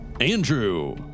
Andrew